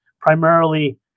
Primarily